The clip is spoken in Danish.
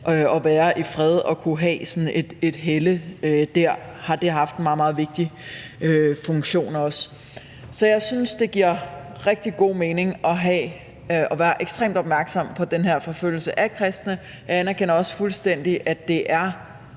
og med at de kunne have sådan et helle dr, har det haft en meget, meget vigtig funktion også. Så jeg synes, det giver rigtig god mening at være ekstremt opmærksom på den her forfølgelse af kristne. Jeg anerkender også fuldstændig, at det er